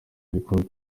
bikorwa